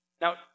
Now